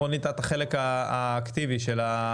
את החלק האקטיבי של החיוב.